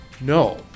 No